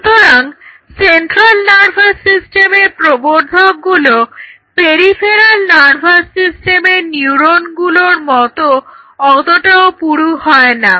সুতরাং central nervous সিস্টেমের প্রবর্ধকগুলো পেরিফেরাল নার্ভাস সিস্টেমের নিউরনগুলোর মত অতটাও পুরু হয় না